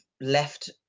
left